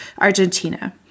argentina